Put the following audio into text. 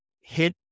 Hit